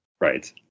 Right